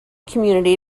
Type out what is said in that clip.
community